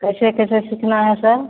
कैसे कैसे सीखना है सर